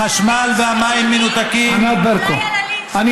רצית לדבר על הלינץ' אולי על הלינץ' ענת ברקו,